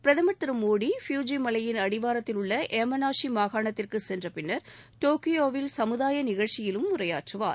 பிரதமா் திரு மோடி ஃபியூஜி மலையின் அடிவாரத்தில் உள்ள யாமனாஷி மாகாணத்திற்கு சென்ற பின்னர் டோக்கியோவில் சமுதாய நிகழ்ச்சியிலும் உரையாற்றுவார்